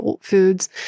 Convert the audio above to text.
foods